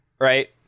Right